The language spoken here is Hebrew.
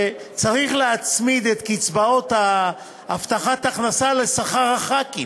שצריך להצמיד את קצבאות הבטחת ההכנסה לשכר חברי הכנסת.